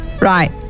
Right